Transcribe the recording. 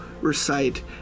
recite